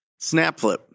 SnapFlip